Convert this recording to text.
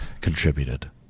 contributed